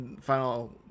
Final